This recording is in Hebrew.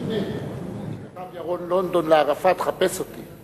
של אמת, כתב ירון לונדון לערפאת: חפש אותי.